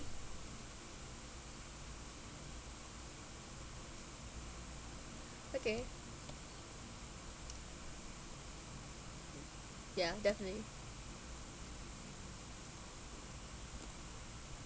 okay ya definitely